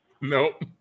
Nope